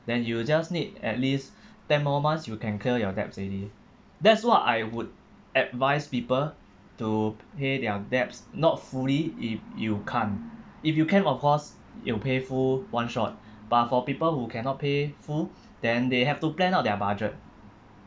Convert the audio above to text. then you just need at least ten more months you can clear your debts already that's what I would advise people to pay their debts not fully if you can't if you can of course you'll pay full one shot but for people who cannot pay full then they have to plan out their budget